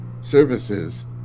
services